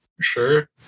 sure